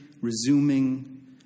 resuming